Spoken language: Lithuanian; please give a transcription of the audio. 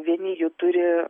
vieni jų turi